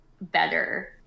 better